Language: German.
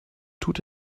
tut